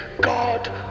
God